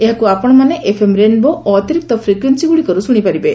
ଏହାକୁ ଆପଶମାନେ FM rainbow ଓ ଅତିରିକ୍ତ ଫ୍ରିକ୍ୟୁଏନ୍ୱି ଗୁଡିକରୁ ଶୁଣିପାରିବେ